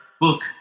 book